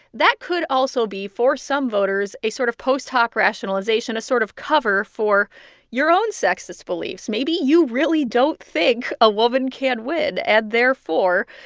that could also be for some voters a sort of post hoc rationalization, a sort of cover for your own sexist beliefs. maybe you really don't think a woman can win. and therefore,